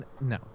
No